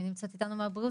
מי נמצאת איתנו מהבריאות?